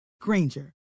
Granger